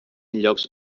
llocs